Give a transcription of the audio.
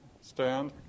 stand